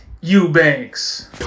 Eubanks